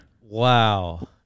Wow